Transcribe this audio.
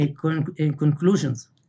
conclusions